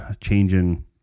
changing